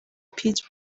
pitch